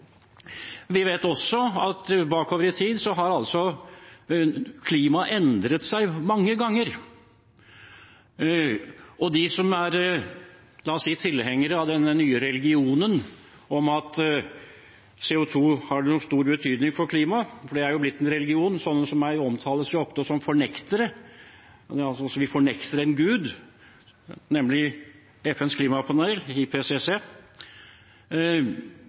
Vi vet også at bakover i tid har klimaet endret seg mange ganger. Og vi har jo sett at de som er tilhengere av denne nye religionen om at CO 2 har stor betydning for klimaet, de som tror på denne religionen, for det er jo blitt en religion – sånne som meg omtales ofte som fornektere, altså at vi fornekter en gud, nemlig FNs klimapanel, IPCC